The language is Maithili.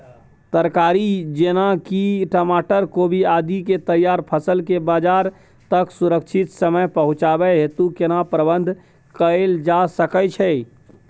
तरकारी जेना की टमाटर, कोबी आदि के तैयार फसल के बाजार तक सुरक्षित समय पहुँचाबै हेतु केना प्रबंधन कैल जा सकै छै?